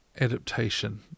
adaptation